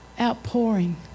outpouring